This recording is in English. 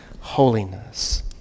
holiness